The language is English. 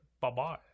Bye-bye